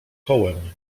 kołem